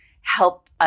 help